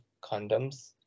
condoms